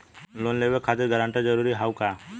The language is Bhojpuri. लोन लेवब खातिर गारंटर जरूरी हाउ का?